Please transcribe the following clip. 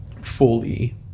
fully